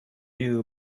new